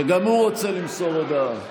שגם הוא רוצה למסור הודעה.